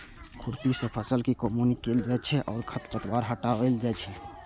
खुरपी सं फसल के कमौनी कैल जाइ छै आ खरपतवार हटाएल जाइ छै